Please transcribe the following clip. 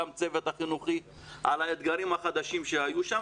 גם הצוות החינוכי על האתגרים החדשים שהיו שם